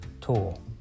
tool